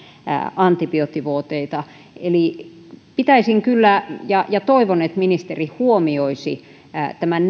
antibioottivoiteita eli toivon kyllä että ministeri huomioisi tämän